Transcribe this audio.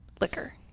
liquor